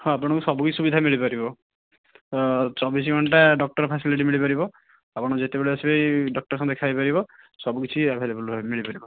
ହଁ ଆପଣଙ୍କୁ ସବୁ କିଛି ସୁବିଧା ମିଳିପାରିବ ଚବିଶି ଘଣ୍ଟା ଡକ୍ଟର ଫାସିଲିଟି ମିଳିପାରିବ ଆପଣ ଯେତେବେଳେ ଆସିବେ ଡକ୍ଟର ସଙ୍ଗେ ଦେଖାହେଇପାରିବ ସବୁକିଛି ଆଭେଲେବଲ ର ମିଳିପାରିବ